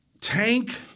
Tank –